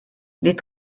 les